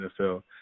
NFL